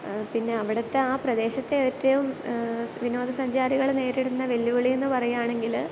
പിന്നെ അവിടുത്തെ ആ പ്രദേശത്തെ ഏറ്റവും സ വിനോദസഞ്ചാരികൾ നേരിടുന്ന വെല്ലുവിളിയെന്ന് പറയാണെങ്കില്